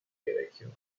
gerekiyor